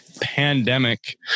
Pandemic